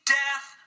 death